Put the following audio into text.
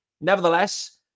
Nevertheless